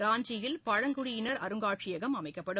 ராஞ்சியில் பழங்குடியினர் அருங்காட்சியகம் அமைக்கப்படும்